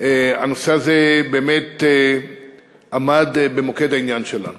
הנושא הזה באמת עמד במוקד העניין שלנו